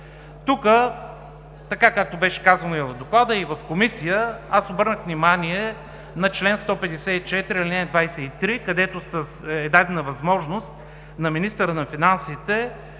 Тук така, както беше казано и в Доклада, в Комисия обърнах внимание на чл. 154, ал. 23, където е дадена възможност на министъра на финансите